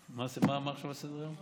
שמח, תודה לכל השואלים.